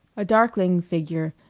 a darkling figure,